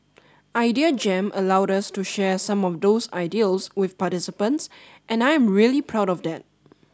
idea Jam allowed us to share some of those ideals with participants and I am really proud of that